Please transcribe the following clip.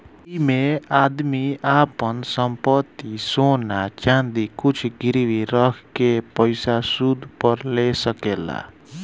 ऐइमे आदमी आपन संपत्ति, सोना चाँदी कुछु गिरवी रख के पइसा सूद पर ले सकेला